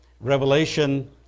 Revelation